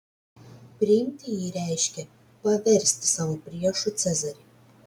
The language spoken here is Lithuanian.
priimti jį reiškė paversti savo priešu cezarį